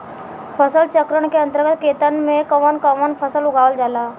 फसल चक्रण के अंतर्गत खेतन में कवन कवन फसल उगावल जाला?